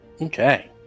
Okay